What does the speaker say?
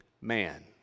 man